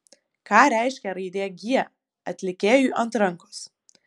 ką reiškia raidė g atlikėjui ant rankos